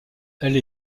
elle